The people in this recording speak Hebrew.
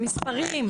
מספרים.